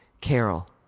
Carol